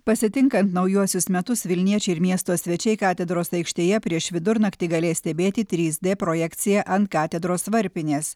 pasitinkant naujuosius metus vilniečiai ir miesto svečiai katedros aikštėje prieš vidurnaktį galės stebėti trys dė projekciją ant katedros varpinės